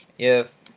if